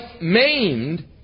maimed